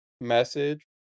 message